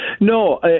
no